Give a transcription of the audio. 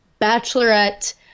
Bachelorette